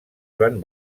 joan